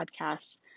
podcasts